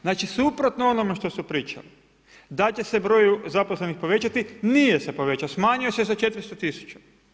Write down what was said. Znači, suprotno onome što su pričali da će se broj zaposlenih povećati, nije se povećao, smanjio se za 400 tisuća.